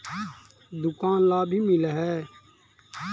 दुकान ला भी मिलहै?